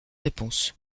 réponse